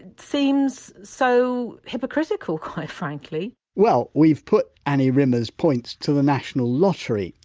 and seems so hypocritical, quite frankly well we've put annie rimmer's points to the national lottery.